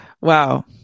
Wow